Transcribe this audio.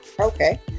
okay